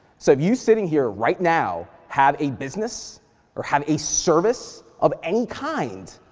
so if you sitting here right now, have a business or have a service of any kind,